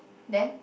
then